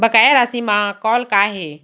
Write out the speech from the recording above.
बकाया राशि मा कॉल का हे?